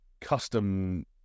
custom